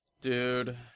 Dude